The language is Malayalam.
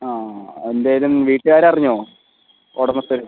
ആ എന്തെങ്കിലും വീട്ടുകാർ അറിഞ്ഞോ ഉടമസ്ഥർ